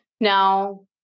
Now